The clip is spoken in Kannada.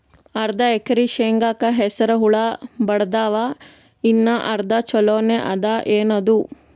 ಅರ್ಧ ಎಕರಿ ಶೇಂಗಾಕ ಹಸರ ಹುಳ ಬಡದಾವ, ಇನ್ನಾ ಅರ್ಧ ಛೊಲೋನೆ ಅದ, ಏನದು?